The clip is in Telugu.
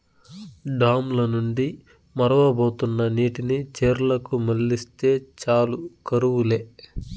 డామ్ ల నుండి మొరవబోతున్న నీటిని చెర్లకు మల్లిస్తే చాలు కరువు లే